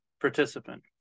participant